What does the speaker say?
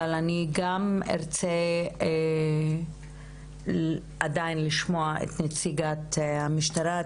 אבל אני גם ארצה עדיין לשמוע את נציגת המשטרה.